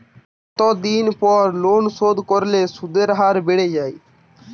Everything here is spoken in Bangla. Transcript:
কতদিন পর লোন শোধ করলে সুদের হার বাড়ে য়ায়?